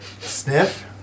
Sniff